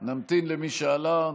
למי שעלה.